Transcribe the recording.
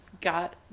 got